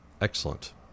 Excellent